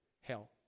hell